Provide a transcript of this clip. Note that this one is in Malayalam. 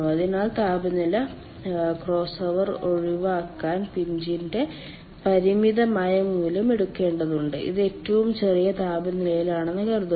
അതിനാൽ താപനില ക്രോസ്ഓവർ ഒഴിവാക്കാൻ പിഞ്ചിന്റെ പരിമിതമായ മൂല്യം എടുക്കേണ്ടതുണ്ട് ഇത് ഏറ്റവും ചെറിയ താപനിലയാണെന്ന് കരുതുക